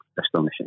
Astonishing